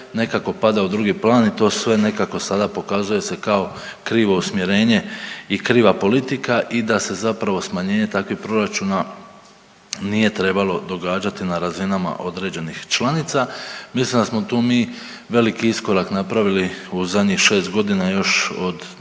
nekako pada u drugi plan i to sve nekako sada pokazuje se kao krivo usmjerenje i kriva politika i da se zapravo smanjenje takvih proračuna nije trebalo događati na razinama određenih članica. Mislim da smo tu mi veliki iskorak napravili u zadnjih 6.g. još od